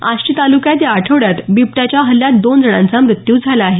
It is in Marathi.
आष्टी तालुक्यात या आठवड्यात बिबट्याच्या हल्ल्यात दोन जणांचा मृत्यू झाला आहे